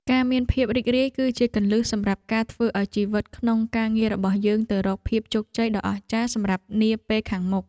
ការមានភាពរីករាយគឺជាគន្លឹះសម្រាប់ការធ្វើឱ្យជីវិតក្នុងការងាររបស់យើងទៅរកភាពជោគជ័យដ៏អស្ចារ្យសម្រាប់នាពេលខាងមុខ។